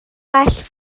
well